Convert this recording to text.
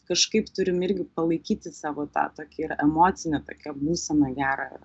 kažkaip turim irgi palaikyti savo tą tokią ir emocinę tokią būseną gerą